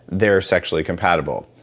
they're sexually compatible.